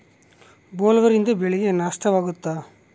ಬೊಲ್ವರ್ಮ್ನಿಂದ ಬೆಳೆಗೆ ನಷ್ಟವಾಗುತ್ತ?